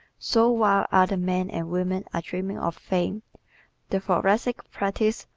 so while other men and women are dreaming of fame the thoracic practises,